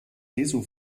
jesu